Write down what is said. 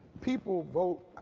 people vote,